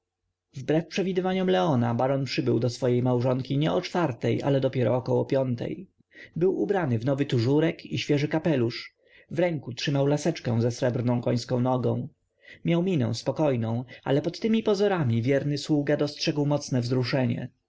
przewidywaniom leona baron przybył do swej małżonki nie o czwartej ale dopiero około piątej był ubrany w nowy tużurek i świeży kapelusz w ręku trzymał laseczkę ze srebrną końską nogą miał minę spokojną ale pod temi pozorami wierny sługa dostrzegł mocne wzruszenie